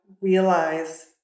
realize